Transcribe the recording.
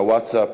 הווטסאפ,